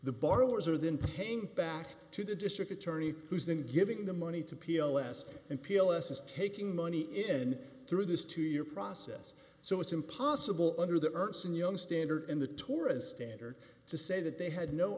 the borrowers are then paying back to the district attorney who's been giving the money to pos and p l s is taking money in through this two year process so it's impossible under the earth some young standard in the tourist standard to say that they had no